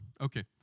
Okay